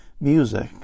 music